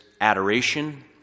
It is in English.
adoration